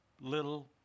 little